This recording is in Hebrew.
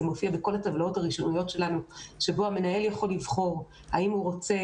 זה מופיע בכל הטבלאות שלנו - בו המנהל יכול לבחור האם הוא רוצה